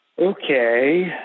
Okay